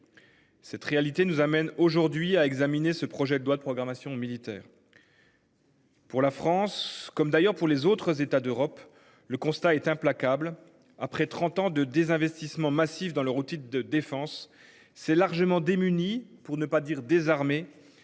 Cette réalité nous amène aujourd'hui à examiner ce projet de loi de programmation militaire. Pour la France comme d'ailleurs pour les autres États d'Europe. Le constat est implacable, après 30 ans de désinvestissement massif dans leur outil de défense c'est largement démunie pour ne pas dire désarmer